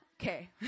Okay